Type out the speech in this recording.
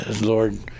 Lord